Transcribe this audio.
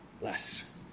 less